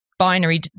Binary